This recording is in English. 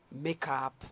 makeup